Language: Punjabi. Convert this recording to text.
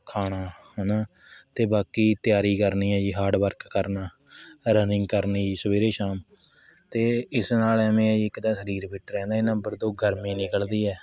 ਖਾਣਾ ਹੈ ਨਾ ਅਤੇ ਬਾਕੀ ਤਿਆਰੀ ਕਰਨੀ ਹੈ ਜੀ ਹਾਰਡ ਵਰਕ ਕਰਨਾ ਰਨਿੰਗ ਕਰਨੀ ਜੀ ਸਵੇਰੇ ਸ਼ਾਮ ਅਤੇ ਇਸ ਨਾਲ਼ ਐਵੇਂ ਹੈ ਜੀ ਇੱਕ ਤਾਂ ਸਰੀਰ ਫਿੱਟ ਰਹਿੰਦਾ ਨੰਬਰ ਦੋ ਗਰਮੀ ਨਿਕਲਦੀ ਹੈ